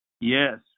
Yes